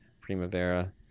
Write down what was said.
Primavera